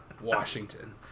Washington